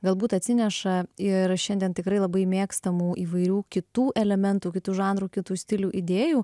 galbūt atsineša ir šiandien tikrai labai mėgstamų įvairių kitų elementų kitų žanrų kitų stilių idėjų